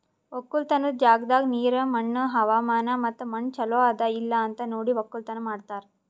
ಒಕ್ಕಲತನದ್ ಜಾಗದಾಗ್ ನೀರ, ಮಣ್ಣ, ಹವಾಮಾನ ಮತ್ತ ಮಣ್ಣ ಚಲೋ ಅದಾ ಇಲ್ಲಾ ಅಂತ್ ನೋಡಿ ಒಕ್ಕಲತನ ಮಾಡ್ತಾರ್